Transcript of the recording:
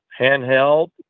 handheld